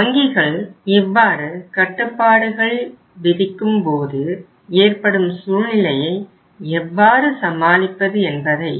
வங்கிகள் இவ்வாறு கட்டுப்பாடுகள் விதிக்கும் போது ஏற்படும் சூழ்நிலையை எவ்வாறு சமாளிப்பது என்பதை